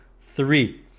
three